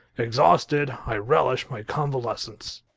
exhausted, i relish my convalescence.